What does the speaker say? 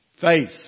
Faith